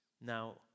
Now